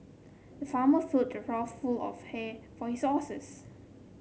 the farmer filled a trough full of hay for his horses